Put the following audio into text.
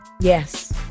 Yes